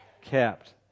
kept